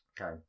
Okay